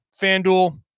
FanDuel